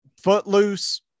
Footloose